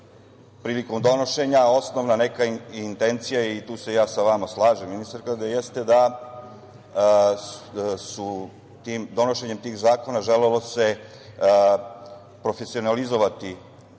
prilikom donošenja, osnovna neka intencija, i tu se ja sa vama slažem, ministarka, jeste da donošenjem tim zakona želi da se profesionalizuje